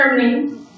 Germany